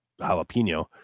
jalapeno